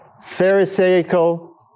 pharisaical